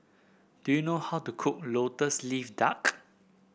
do you know how to cook lotus leaf duck